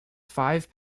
five